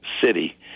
city